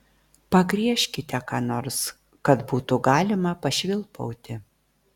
pagriežkite ką nors kad būtų galima pašvilpauti